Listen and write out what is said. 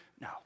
No